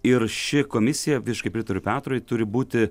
ir ši komisija visiškai pritariu petrui turi būti